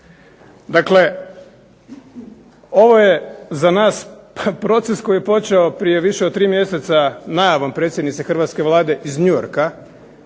Dakle, ovo je za nas proces koji je počeo prije više od tri mjeseca najavom predsjednice hrvatske Vlade iz New Yorka